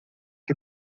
que